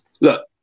look